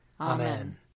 Amen